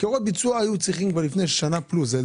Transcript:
הוראות ביצוע היו צריכים להיות לפני שנה פלוס.